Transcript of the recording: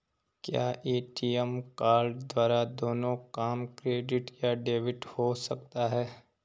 क्या ATM card द्वारा दोनों काम क्रेडिट या डेबिट हो सकता है?